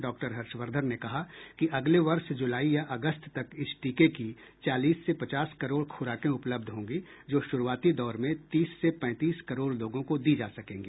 doctor Harshvardhan ने कहा कि अगले वर्ष जुलाई या अगस्त तक इस टीके की चालीस से पचास करोड़ खूराकें उपलब्ध होंगी जो शुरूआती दौर में तीस से पैंतीस करोड़ लोगों को दी जा सकेंगी